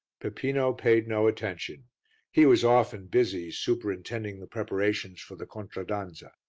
peppino paid no attention he was off and busy superintending the preparations for the contraddanza.